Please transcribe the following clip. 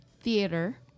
theater